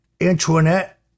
Antoinette